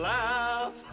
laugh